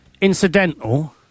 incidental